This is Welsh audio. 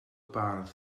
bardd